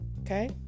okay